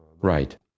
Right